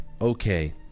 Okay